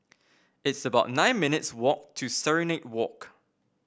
it's about nine minutes' walk to Serenade Walk